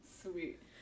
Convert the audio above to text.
sweet